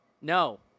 No